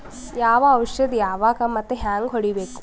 ಯಾವ ಔಷದ ಯಾವಾಗ ಮತ್ ಹ್ಯಾಂಗ್ ಹೊಡಿಬೇಕು?